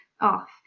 off